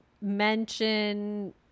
mention